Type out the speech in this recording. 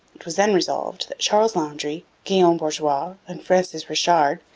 it was then resolved that charles landry, guillaume bourgois and francis richard,